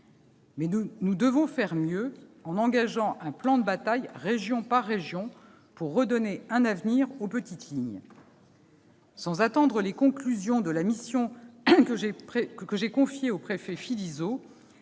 Mais nous devons faire mieux, en engageant un plan de bataille région par région pour redonner un avenir aux petites lignes. Sans attendre les conclusions de la mission que j'ai confiée au préfet Philizot,